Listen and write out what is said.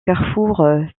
carrefour